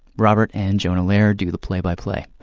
robert and jonah lehrer do the play-by-play.